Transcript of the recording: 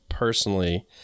personally